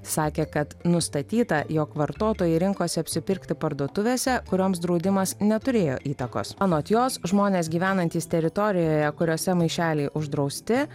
sakė kad nustatyta jog vartotojai rinkosi apsipirkti parduotuvėse kurioms draudimas neturėjo įtakos anot jos žmonės gyvenantys teritorijoje kuriose maišeliai uždrausti